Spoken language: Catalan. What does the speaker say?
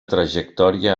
trajectòria